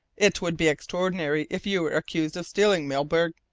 it would be extraordinary if you were accused of stealing, milburgh.